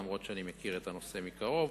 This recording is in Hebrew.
אף-על-פי שאני מכיר את הנושא מקרוב.